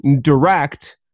direct